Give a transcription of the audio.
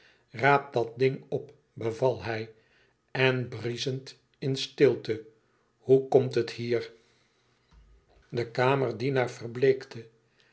raap dat ding op beval hij en brieschend in stilte hoe komt het hier de kamerdienaar verbleekte